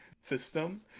system